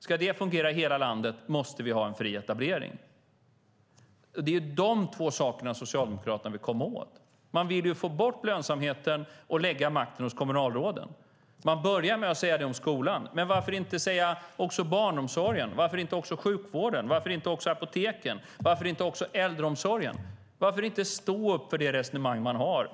Ska det fungera i hela landet måste vi ha en fri etablering. Det är de två sakerna Socialdemokraterna vill komma åt. De vill få bort lönsamheten och lägga makten hos kommunalråden. De börjar med att säga det här om skolan. Men varför inte säga det också om barnomsorgen, sjukvården, apoteken eller äldreomsorgen? Varför inte stå upp för det resonemang man har?